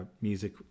music